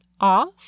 off